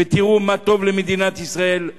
ותראו מה טוב למדינת ישראל.